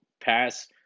pass